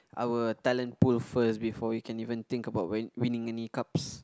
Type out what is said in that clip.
our talent pool first before we can even think about when winning any cups